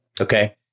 Okay